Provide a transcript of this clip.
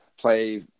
play